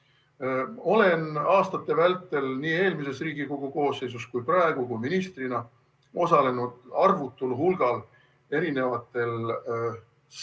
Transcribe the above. Olen aastate vältel nii eelmises Riigikogu koosseisus kui ka praegu ja ka ministrina osalenud arvutul hulgal erinevatel